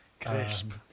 Crisp